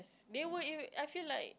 they will it I feel like